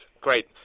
great